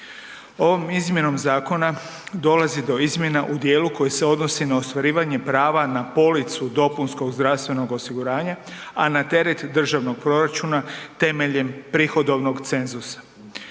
Ovom izmjenom zakona dolazi do izmjena u dijelu koji se odnosi na ostvarivanje prava na policu dopunskog zdravstvenog osiguranja, a na teret državnog proračuna temeljem prihodovnog cenzusa.